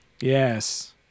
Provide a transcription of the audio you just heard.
Yes